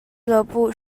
俱乐部